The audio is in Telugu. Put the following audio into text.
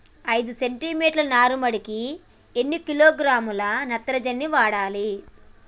ఐదు సెంటిమీటర్ల నారుమడికి ఎన్ని కిలోగ్రాముల నత్రజని వాడాలి?